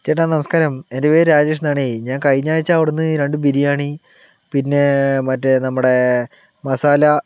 ചേട്ടാ നമസ്ക്കാരം എൻ്റെ പേര് രാജേശ്ന്നാണെയ് ഞാൻ കഴിഞ്ഞാഴ്ച്ച അവിടന്ന് രണ്ട് ബിരിയാണി പിന്നേ മറ്റേ നമ്മടെ മസാല